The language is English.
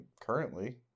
currently